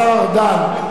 השר ארדן,